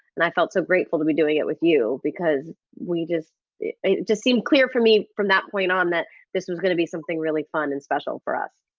and i felt so grateful to be doing it with you because we just, it just seemed clear for me from that point on that this was gonna be something really fun and special for us.